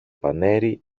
πανέρι